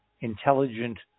intelligent